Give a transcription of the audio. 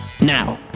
Now